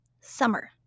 summer